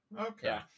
okay